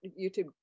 YouTube